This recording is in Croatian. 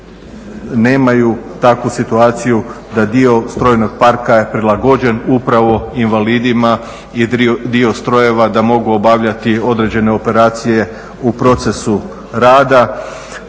nemaju takvu situaciju da dio strojnog parka je prilagođen upravo invalidima i dio strojeva da mogu obavljati određene operacije u procesu rada.